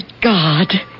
god